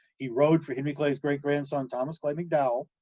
he rode for henry clay's great-grandson, thomas clay mcdowell,